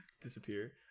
Disappear